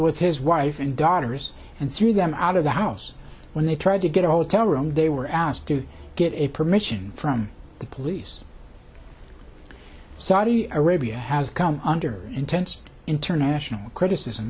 with his wife and daughters and threw them out of the house when they tried to get a hotel room they were asked to get a permission from the police saudi arabia has come under intense international criticism